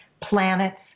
planets